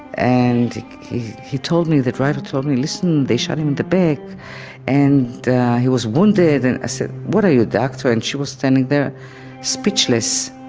and he told me, the driver told me, listen, they shot him in the back and he was wounded. and i said, what are you, a doctor? and she was standing there speechless,